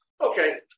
Okay